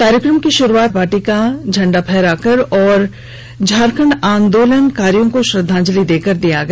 कार्यक्रम की शुरुआत पार्टी का झंडा फहराकर और झारखंड आंदोलन कार्यो को श्रद्वांजलि देकर किया गया